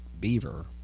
beaver